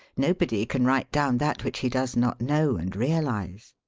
nobody can write down that which he does not know and realise.